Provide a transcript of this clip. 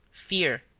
fear,